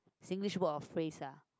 Singlish word or phrase ah